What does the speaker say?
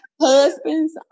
husbands